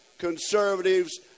conservatives